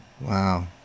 Wow